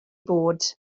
bod